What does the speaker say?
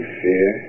fear